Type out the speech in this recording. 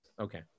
Okay